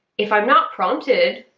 if i'm not prompted,